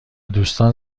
دوستان